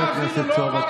אתה אפילו לא עברת.